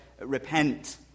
repent